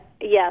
yes